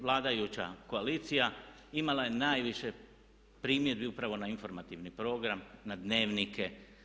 Vladajuća koalicija imala je najviše primjedbi upravo na informativni program, na dnevnike.